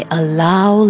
allow